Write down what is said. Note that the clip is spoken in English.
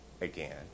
Again